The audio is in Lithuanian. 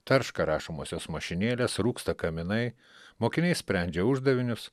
tarška rašomosios mašinėlės rūksta kaminai mokiniai sprendžia uždavinius